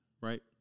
right